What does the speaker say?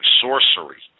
sorcery